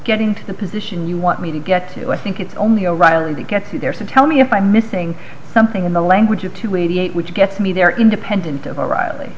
getting to the position you want me to get to i think it's only o'reilly to get you there to tell me if i'm missing something in the language of two eighty eight which gets me there independent of o'reil